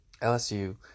LSU